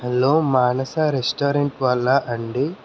hello Manasa restaurant వాళ్ళా అండి